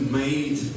made